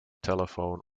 telephone